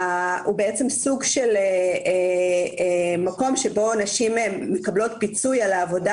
הוא בעצם סוג של מקום בו נשים מקבלות פיצוי על העבודה